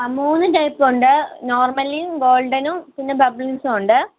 അ മൂന്ന് റ്റൈപ്പ് ഉണ്ട് നോർമ ഗോൾഡനും പിന്നെ ബബ്ബിൾസ്സും ഉണ്ട്